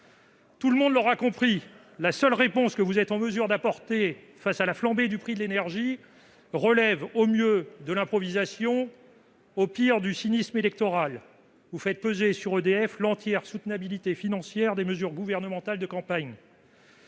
Tout le monde l'aura compris : la seule réponse que vous êtes en mesure d'apporter face à la flambée des prix de l'énergie relève au mieux de l'improvisation, au pire du cynisme électoral. Vous faites peser sur EDF l'entière responsabilité de la soutenabilité financière des mesures gouvernementales de campagne.